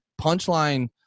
punchline